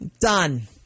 done